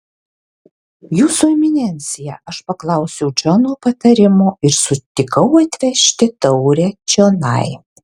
jūsų eminencija aš paklausiau džono patarimo ir sutikau atvežti taurę čionai